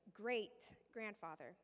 great-grandfather